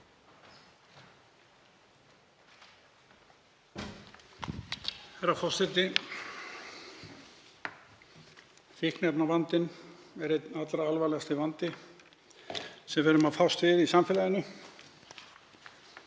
Herra forseti. Fíkniefnavandinn er einn allra alvarlegasti vandi sem við erum að fást við í samfélaginu